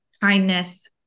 kindness